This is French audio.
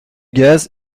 gaz